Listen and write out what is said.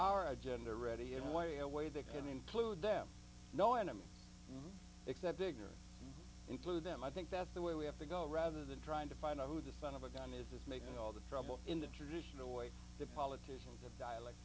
our agenda ready in a way a way they can include them no enemy except bigger include them i think that's the way we have to go rather than trying to find out who the son of a gun is making all the trouble in the traditional way the politicians of dialect